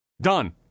done